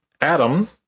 Adam